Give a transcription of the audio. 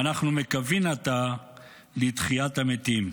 ואנחנו מקווין עתה לתחיית המתים".